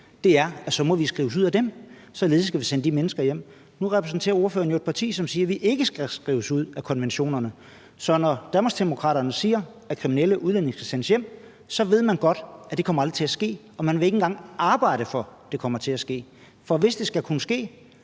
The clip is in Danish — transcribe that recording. tiden, at så må vi skrives ud af dem, således at vi kan sende de mennesker hjem. Nu repræsenterer ordføreren jo et parti, som siger, at vi ikke skal skrives ud af konventionerne. Så når Danmarksdemokraterne siger, at kriminelle udlændinge skal sendes hjem, ved man godt, at det aldrig kommer til at ske. Og man vil ikke engang arbejde for, at det kommer til at ske. For hvis det skal kunne ske,